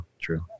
True